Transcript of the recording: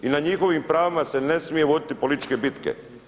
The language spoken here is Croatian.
I na njihovim pravima se ne smije voditi političke bitke.